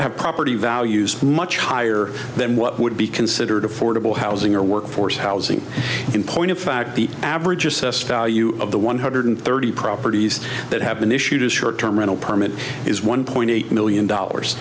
the property values much higher than what would be considered affordable housing or workforce housing in point of fact the average assessed value of the one hundred thirty properties that have been issued a short term rental permit is one point eight million dollars